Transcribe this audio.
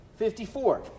54